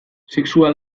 sexua